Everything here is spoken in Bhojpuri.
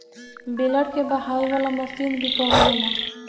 बेलर के बहावे वाला मशीन भी कहल जाला